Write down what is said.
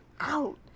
out